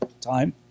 time